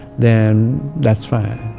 then that's fine.